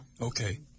Okay